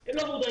הם לא מודעים